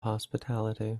hospitality